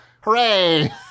hooray